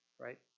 right